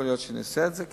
יכול להיות שאעשה את זה.